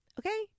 Okay